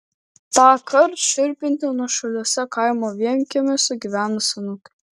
tąkart šiurpinti nuošaliuose kaimo vienkiemiuose gyvenę senukai